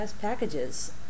packages